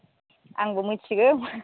आंबो मिथिगौ